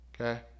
Okay